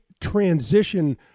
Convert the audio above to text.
transition